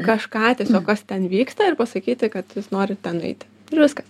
kažką tiesiog kas ten vyksta ir pasakyti kad jūs norit ten nueiti ir viskas